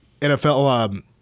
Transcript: NFL